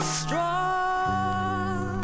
strong